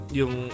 yung